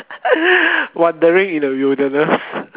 wandering in the wilderness